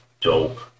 dope